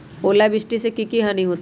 ओलावृष्टि से की की हानि होतै?